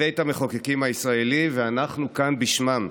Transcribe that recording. לבית המחוקקים הישראלי, ואנחנו כאן בשמם.